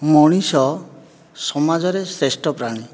ମଣିଷ ସମାଜରେ ଶ୍ରେଷ୍ଠ ପ୍ରାଣୀ